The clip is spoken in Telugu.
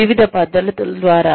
వివిధ పద్ధతుల ద్వారా